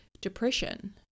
depression